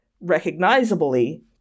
recognizably